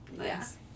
Yes